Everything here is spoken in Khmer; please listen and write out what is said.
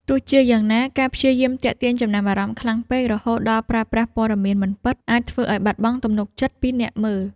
ទោះជាយ៉ាងណា ការព្យាយាមទាក់ទាញចំណាប់អារម្មណ៍ខ្លាំងពេក រហូតដល់ប្រើប្រាស់ព័ត៌មានមិនពិត អាចធ្វើឱ្យបាត់បង់ទំនុកចិត្តពីអ្នកមើល។